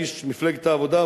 איש מפלגת העבודה,